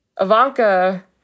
Ivanka